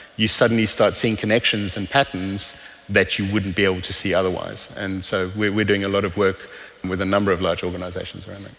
you suddenly start seeing connections and patterns that you wouldn't be able to see otherwise. and so we are doing a lot of work with a number of large organisations around that.